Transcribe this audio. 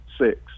Six